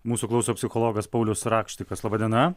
mūsų klauso psichologas paulius rakštikas laba diena